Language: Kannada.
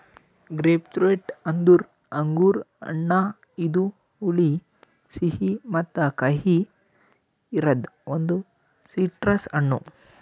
ಗ್ರೇಪ್ಫ್ರೂಟ್ ಅಂದುರ್ ಅಂಗುರ್ ಹಣ್ಣ ಇದು ಹುಳಿ, ಸಿಹಿ ಮತ್ತ ಕಹಿ ಇರದ್ ಒಂದು ಸಿಟ್ರಸ್ ಹಣ್ಣು